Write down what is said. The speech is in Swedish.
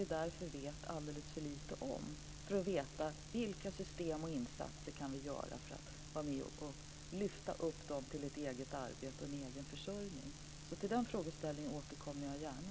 Vi känner till alldeles för lite om den gruppen för att vi ska kunna veta vilka system vi kan införa och vilka insatser vi kan göra för att hjälpa dem till ett eget arbete och en egen försörjning. Så till den frågeställningen återkommer jag gärna.